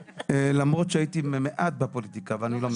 למרות שהייתי מעט בפוליטיקה, אבל אני לא מבין.